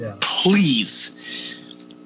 Please